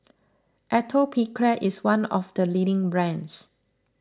Atopiclair is one of the leading brands